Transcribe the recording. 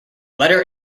letter